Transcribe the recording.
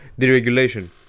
deregulation